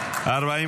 נתקבלה.